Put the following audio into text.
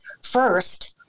first